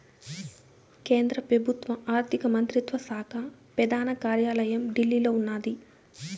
కేంద్ర పెబుత్వ ఆర్థిక మంత్రిత్వ శాక పెదాన కార్యాలయం ఢిల్లీలో ఉన్నాది